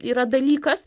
yra dalykas